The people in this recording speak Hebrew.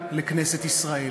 לכנסת ישראל.